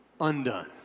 undone